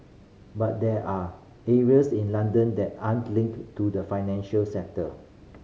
but there are areas in London that aren't linked to the financial sector